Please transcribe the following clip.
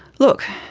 look,